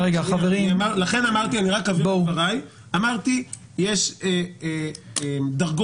אני רק אסביר את דבריי: יש דרגות.